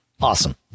Awesome